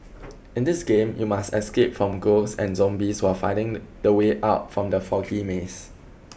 in this game you must escape from ghosts and zombies while finding the way out from the foggy maze